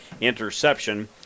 interception